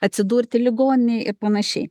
atsidurti ligoninėj ir panašiai